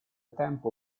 tempo